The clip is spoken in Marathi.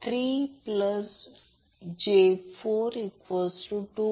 5j1